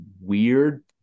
weird